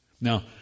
Now